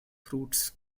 fruits